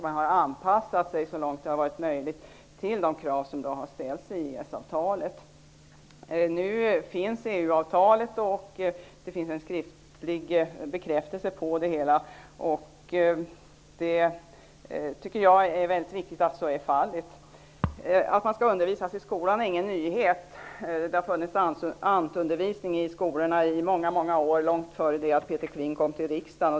Man har anpassat sig så långt det har varit möjligt till de krav som ställs i EES Nu finns EU-avtalet, en skriftlig bekräftelse på det hela. Det tycker jag är väldigt viktigt. Att man skall undervisa om detta i skolan är ingen nyhet. Det har funnits sådan undervisning i skolorna i många år, långt före det att Peter Kling kom till riksdagen.